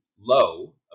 low